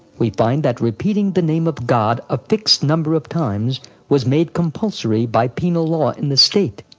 we find that repeating the name of god a fixed number of times was made compulsory by penal law in the state.